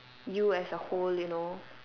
you as a whole you know